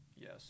Yes